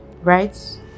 right